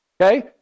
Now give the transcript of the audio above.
okay